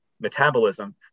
metabolism